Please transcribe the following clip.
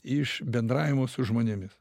iš bendravimo su žmonėmis